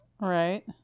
Right